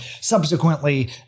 subsequently